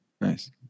Nice